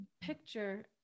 picture